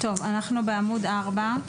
טוב, אנחנו בעמוד 4,